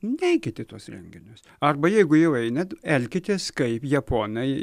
neikit į tuos renginius arba jeigu jau einat elkitės kaip japonai